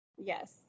Yes